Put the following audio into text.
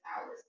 hours